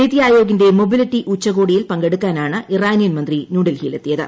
നിതി ആയോഗിന്റെ മൊബിലിറ്റി ഉച്ചകോടിയിൽ പങ്കെടുക്കാനാണ് ഇറാനിയൻ മന്ത്രി ന്യൂഡൽഹിയിലെത്തിയത്